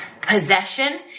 possession